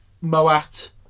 Moat